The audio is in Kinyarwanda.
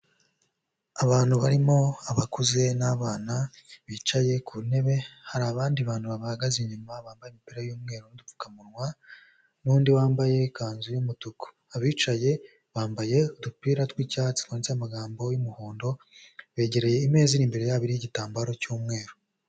Abantu barimo abakuze n'abana bicaye ku ntebe hari abandi bantu bahagaze inyuma bambaye imberera y'umweru n'udupfukamunwa n'undi wambaye ikanzu y'umutuku, abicaye bambaye udupira tw'icyatsi handitseho amagambo y'umuhondo begereye imeza iri imbere yabo iriho igitambaro cy'umweru.